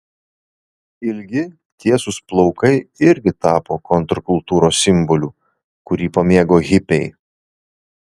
ilgi tiesūs plaukai irgi tapo kontrkultūros simboliu kurį pamėgo hipiai